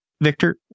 Victor